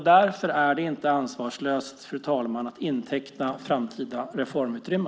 Därför är det ansvarslöst, fru talman, att inteckna framtida reformutrymme.